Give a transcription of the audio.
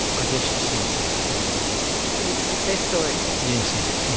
ah guess you've seen some of that with ian's videos. his success stories. yes, yes. yeah